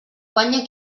guanya